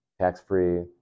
tax-free